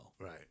Right